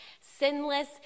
sinless